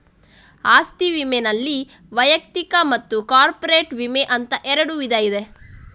ಆಸ್ತಿ ವಿಮೆನಲ್ಲಿ ವೈಯಕ್ತಿಕ ಮತ್ತು ಕಾರ್ಪೊರೇಟ್ ವಿಮೆ ಅಂತ ಎರಡು ವಿಧ ಇದೆ